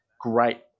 Great